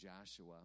Joshua